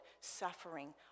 suffering